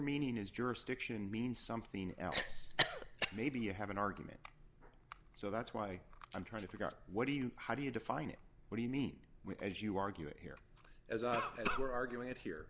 meaning is jurisdiction means something else maybe you have an argument so that's why i'm trying to figure out what do you how do you define it what do you mean with as you argue it here as we're arguing it here